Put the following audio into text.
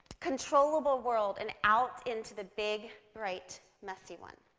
controllable world, and out into the big, great, messy one.